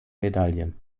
medaillen